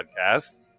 podcast